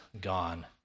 gone